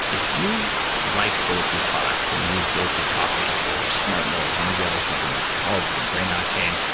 if you like bulletproof products and you use bulletproof coffee or smart mode and or the other supplements, collagen, brain octane,